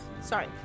Sorry